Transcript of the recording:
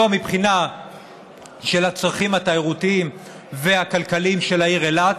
לא מבחינה של הצרכים התיירותיים והכלכליים של העיר אילת,